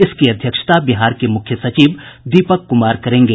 इसकी अध्यक्षता बिहार के मुख्य सचिव दीपक कुमार करेंगे